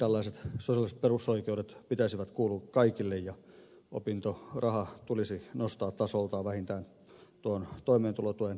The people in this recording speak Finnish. tällaisten sosiaalisten perusoikeuksien pitäisi kuulua kaikille ja opintoraha tulisi nostaa tasoltaan vähintään toimeentulotuen tasolle